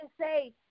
say